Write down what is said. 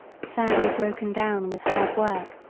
sadly broken down with hard work,